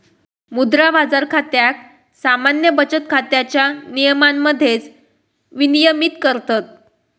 मुद्रा बाजार खात्याक सामान्य बचत खात्याच्या नियमांमध्येच विनियमित करतत